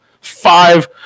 Five